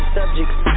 subjects